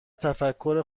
تفکر